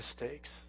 mistakes